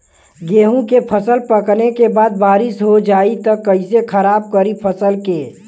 गेहूँ के फसल पकने के बाद बारिश हो जाई त कइसे खराब करी फसल के?